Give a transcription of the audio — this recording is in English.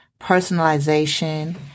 personalization